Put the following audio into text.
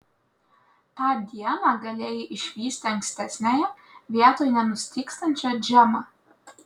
tą dieną galėjai išvysti ankstesniąją vietoj nenustygstančią džemą